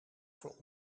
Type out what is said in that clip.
voor